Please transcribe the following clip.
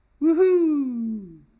Woohoo